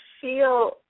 feel